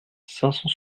cent